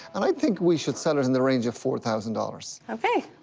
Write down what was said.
and i think we should sell her in the range of four thousand dollars. ok,